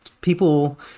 people